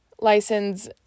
license